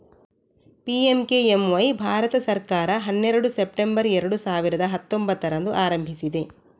PMKMY Bharat ಸರ್ಕಾರ ಹನ್ನೆರಡು September ಎರಡು ಸಾವಿರದ ಹತ್ತೊಂಭತ್ತರಂದು ಆರಂಭಿಸಿದೆ